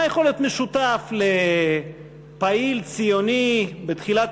מה יכול להיות משותף לפעיל ציוני בתחילת